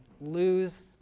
lose